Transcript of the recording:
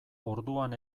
orduan